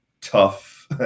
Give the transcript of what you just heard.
tough